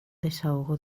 desahogo